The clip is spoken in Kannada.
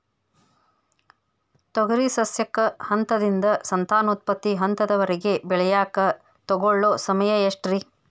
ತೊಗರಿ ಸಸ್ಯಕ ಹಂತದಿಂದ, ಸಂತಾನೋತ್ಪತ್ತಿ ಹಂತದವರೆಗ ಬೆಳೆಯಾಕ ತಗೊಳ್ಳೋ ಸಮಯ ಎಷ್ಟರೇ?